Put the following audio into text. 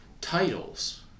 titles